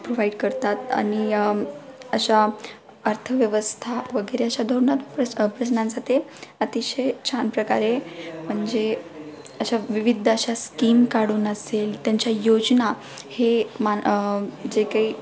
provide करतात आणि अशा अर्थव्यवस्था वगैरे अशा दोनच प्र प्रश्नांचं ते अतिशय छान प्रकारे म्हणजे अशा विविध अशा स्कीम काढून असेल त्यांच्या योजना हे मान जे काही